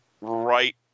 right